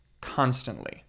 constantly